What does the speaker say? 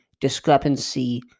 discrepancy